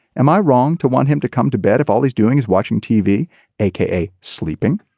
am i wrong to want him to come to bed if all he's doing is watching tv a k a. sleeping.